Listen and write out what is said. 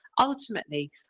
ultimately